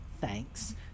Thanks